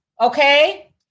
okay